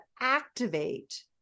activate